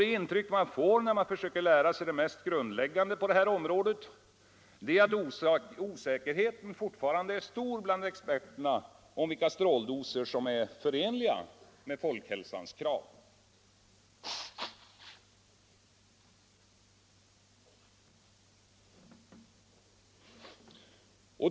Det intryck man får när man försöker lära sig det mest grundläggande på det här området är, att osäkerheten fortfarande är stor bland experterna om vilka stråldoser som är förenliga med folkhälsans krav.